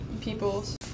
peoples